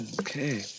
Okay